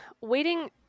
waiting